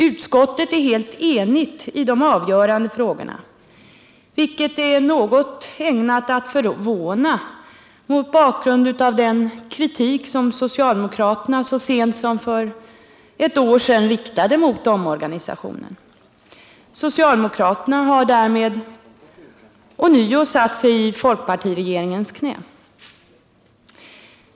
Utskottet är helt enigt i de avgörande frågorna, vilket är ägnat att något förvåna mot bakgrund av den kritik som socialdemokraterna så sent som för ett år sedan riktade mot omorganisationen. Socialdemokraterna har därmed ånyo satt sig i regeringens knä.